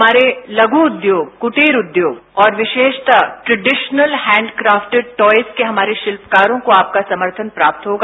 हमारे लघु उद्योग कुटीर उद्योग और विशेष तरूट्रेडिशनल हैंड क्राफ्टेड टॉयेस के हमारे शिल्पकारों को आपका समर्थन प्राप्त होगा